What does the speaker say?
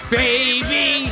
baby